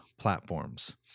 platforms